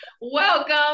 Welcome